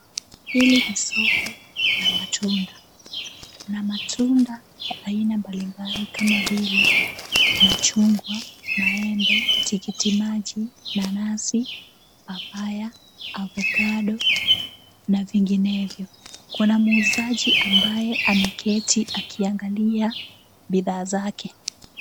Hili ni soko la matunda, kuna matunda ya aina mbalimbali kama vile machungwa, maembe, tikiti maji, nanasi, papaya, avocado na vinginevyo. Kuna muuzaji ambaye ameketi akiangalia bidhaa zake.